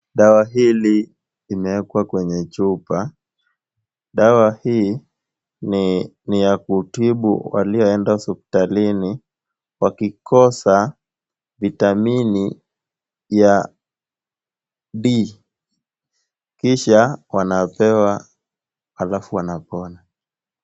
Dawa hili imewekwa kwenye chupa. Dawa hii ni ya kutibu walioenda hospitalini wakikosa vitamini ya D kisha wanapewa halafu wanapona.